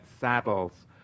Saddles